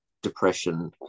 depression